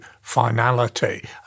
finality